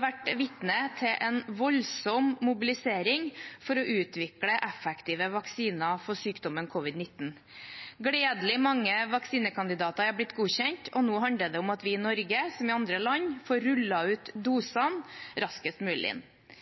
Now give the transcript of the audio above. vært vitne til en voldsom mobilisering for å utvikle effektive vaksiner mot sykdommen covid-19. Gledelig mange vaksinekandidater er blitt godkjent, og nå handler det om at vi i Norge, som i andre land, får rullet ut dosene raskest mulig.